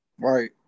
Right